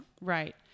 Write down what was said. Right